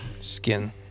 Skin